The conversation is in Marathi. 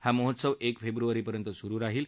हा महोत्सव एक फेब्र्वारीपर्यंत स्रु राहील